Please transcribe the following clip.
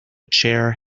chair